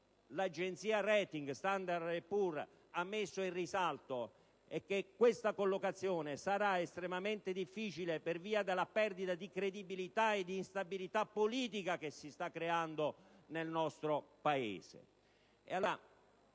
l'agenzia di *rating* Standard & Poor's ha messo in risalto è che questa collocazione sarà estremamente difficile, per via della perdita di credibilità e della instabilità politica che si sta creando nel nostro Paese.